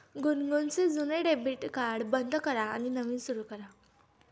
गुनगुनचे जुने debit card बंद करा आणि नवीन सुरू करा